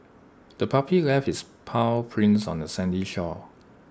the puppy left its paw prints on the sandy shore